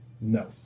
No